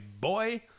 boy